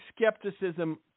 skepticism